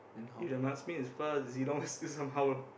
if the marksman is fast Zilong still somehow